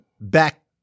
back